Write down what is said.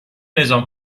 نظام